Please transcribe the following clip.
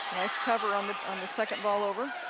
nice cover on the on the second ball over.